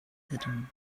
hidden